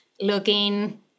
looking